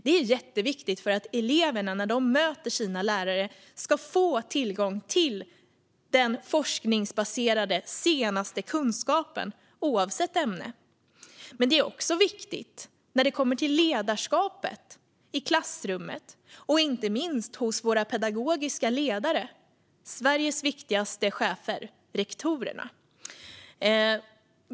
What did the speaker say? Det är jätteviktigt för att eleverna när de möter sina lärare ska få tillgång till den forskningsbaserade senaste kunskapen, oavsett ämne. Men det är också viktigt när det kommer till ledarskapet i klassrummet och inte minst hos våra pedagogiska ledare, Sveriges viktigaste chefer, rektorerna.